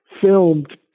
filmed